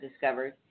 discovered